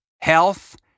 health